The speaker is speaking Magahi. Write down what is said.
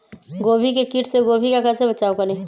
गोभी के किट से गोभी का कैसे बचाव करें?